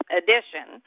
edition